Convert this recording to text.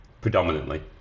predominantly